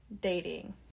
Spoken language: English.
dating